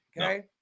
Okay